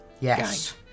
Yes